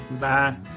bye